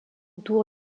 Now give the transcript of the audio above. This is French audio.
tour